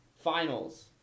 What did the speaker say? finals